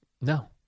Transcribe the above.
No